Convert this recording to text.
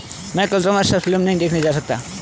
मैं कल तुम्हारे साथ फिल्म नहीं देखने जा सकता